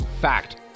Fact